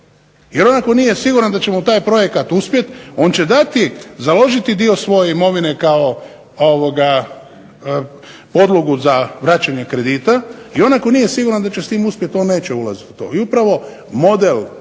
Jer on ako nije siguran da će mu taj projekt uspjeti on će dati, založiti dio svoje imovine kao podlogu za vraćanje kredita i on ako nije siguran da će s tim uspjet on neće ulazit u to. I upravo model ove